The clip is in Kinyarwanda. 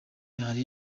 hari